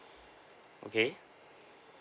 okay